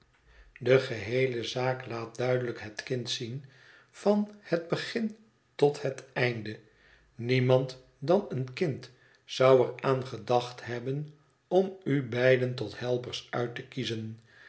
de geheele zaak laat duidelijk m het verlaten huis het kind zien van het begin tot het einde niemand dan een kind zou er aan gedacht hebben om u beiden tot helpers uit te kiezen